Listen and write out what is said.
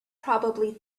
probably